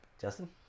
Justin